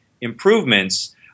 improvements